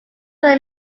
like